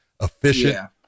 efficient